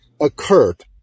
occurred